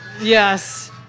yes